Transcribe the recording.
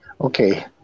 okay